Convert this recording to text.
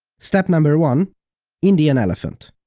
step number one indian elephant.